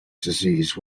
disease